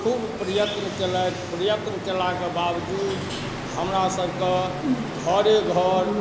खूब प्रयत्न केलथि प्रयत्न कएलाके बावजूद हमरासबके घरेघर